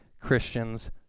Christians